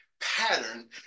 pattern